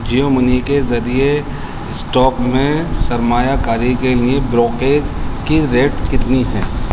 Jio money کے ذریعے stock میں سرمایہ کاری کے لیے بروکیج کی ریٹ کتنی ہے